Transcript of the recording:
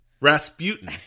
Rasputin